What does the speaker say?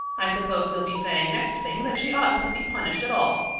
i suppose you'll be saying next thing that she oughtn't to be punished at all!